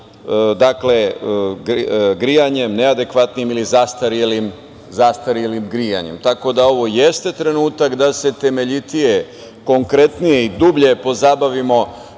grejanjem, neadekvatnim ili zastarelim grejanjem. Dakle, ovo jeste trenutak da se temeljitije, konkretnije i dublje pozabavimo